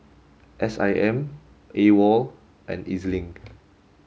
S I M AWOL and E Z Link